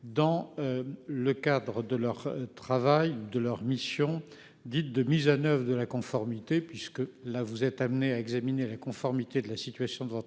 dans. Le cadre de leur travail de leur mission dite de mise à neuf de la conformité puisque là vous êtes amené à examiner la conformité de la situation de votre